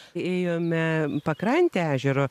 ėjome pakrante ežero